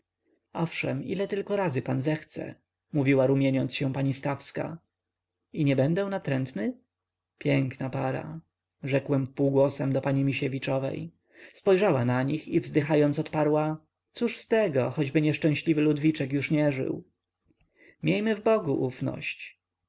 owszem ile tylko razy pan zechce mówiła rumieniąc się pani stawska i nie będę natrętny piękna para rzekłem półgłosem do pani misiewiczowej spojrzała na nich i wzdychając odparła cóż z tego choćby nieszczęśliwy ludwik już nawet nie żył miejmy w bogu ufność